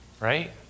right